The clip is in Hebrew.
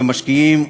ומשקיעים,